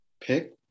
pick